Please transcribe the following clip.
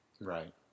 Right